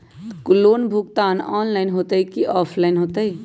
Loan भुगतान online होतई कि ऑफलाइन होतई?